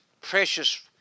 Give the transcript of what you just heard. precious